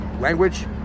language